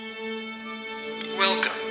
Welcome